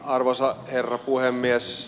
arvoisa herra puhemies